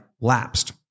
lapsed